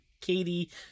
Katie